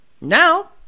Now